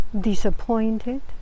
disappointed